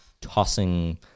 tossing